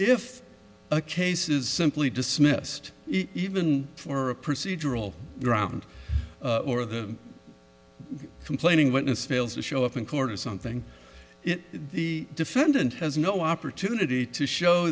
a case is simply dismissed even for a procedural ground or the complaining witness fails to show up in court or something the defendant has no opportunity to show